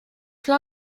die